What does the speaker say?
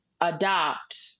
adopt